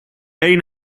eén